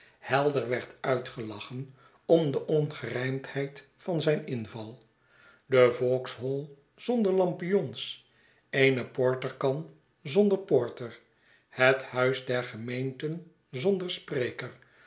helder werd uitgelachen om de ongerijmdheid van zijn inval de vauxhall zonder lampions eene porterkan zonder porter het huis der gemeenten zonder